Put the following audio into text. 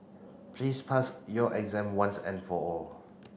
please pass your exam once and for all